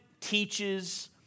teaches